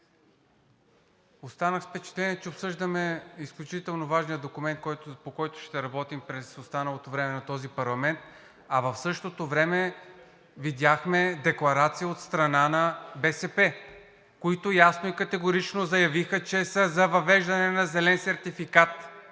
останах с впечатление, че обсъждаме изключително важния документ, по който ще работим в останалото време на този парламент, а в същото време видяхме декларация от страна на БСП, които ясно и категорично заявиха, че са за въвеждане на зелен сертификат.